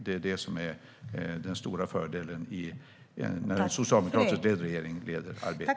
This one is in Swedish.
Det är det som är den stora fördelen när en socialdemokratiskt ledd regering leder arbetet.